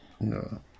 No